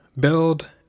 build